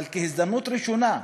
אבל כהזדמנות ראשונה,